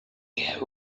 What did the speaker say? care